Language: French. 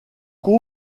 cour